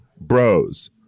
Bros